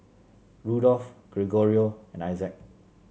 Rudolph Gregorio and Isaac